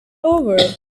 over